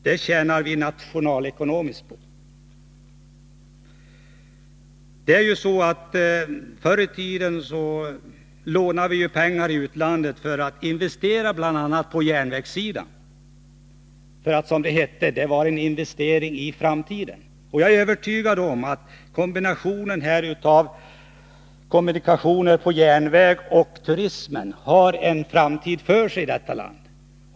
Det tjänar vi nationalekonomiskt på. Förr i tiden lånade vi pengar i utlandet för att investera på bl.a. järnvägssidan. Det var en investering i framtiden, hette det då. Jag är övertygad om att kombinationen här av järnvägskommunikation och turism har en framtid för sig.